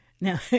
Now